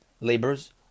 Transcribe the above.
labors